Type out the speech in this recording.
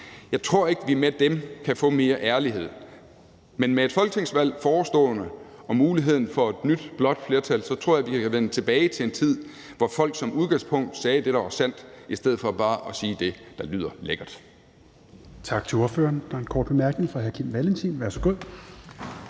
Jeg tror ikke, at vi med dem kan få mere ærlighed. Men med et forestående folketingsvalg og muligheden for et nyt blåt flertal tror jeg, vi kan vende tilbage til en tid, hvor folk som udgangspunkt sagde det, der var sandt, i stedet for bare sige det, der lyder lækkert.